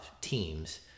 teams